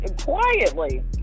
quietly